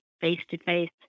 face-to-face